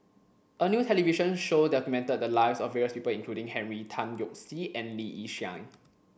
a new television show documented the lives of various people including Henry Tan Yoke See and Lee Yi Shyan